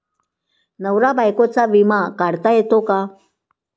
नवरा बायकोचा विमा काढता येतो का?